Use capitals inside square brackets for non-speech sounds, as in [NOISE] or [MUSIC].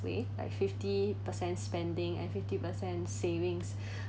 way like fifty per cent spending and fifty per cent savings [BREATH]